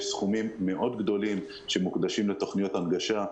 יש סכומים מאוד גדולים שמוקדשים לתוכניות הנגשה,